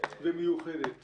ומיוחדת